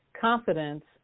confidence